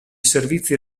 servizi